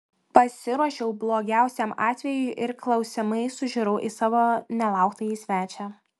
pasiruošiau blogiausiam atvejui ir klausiamai sužiurau į savo nelauktąjį svečią